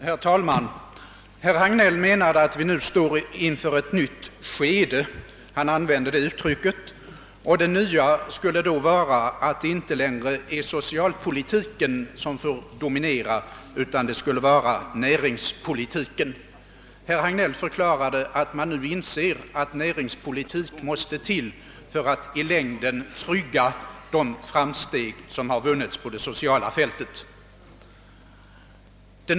Herr talman! Herr Hagnell menade att vi nu står inför ett nytt skede — han använde detta uttryck — och det nya skulle då vara att det inte längre är socialpolitiken som bör dominera, utan näringspolitiken. Han förklarade att man nu inser att näringspolitik måste till för att i längden trygga de framsteg som vunnits på det sociala fältet.